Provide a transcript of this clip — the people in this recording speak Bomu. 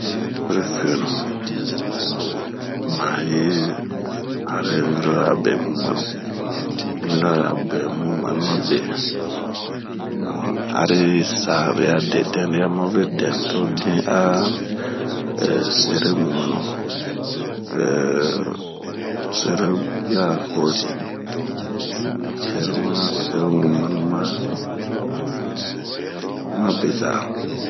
mabiri finu mayi hare miniora be mwugwɛnu mabe ,ariyisa di adedɛn todin a sere mumwɛnu ehh sere bwiahozin, sere mugwɛnu ma besaa.